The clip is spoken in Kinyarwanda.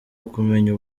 ukumenya